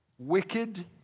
Wicked